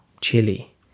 chili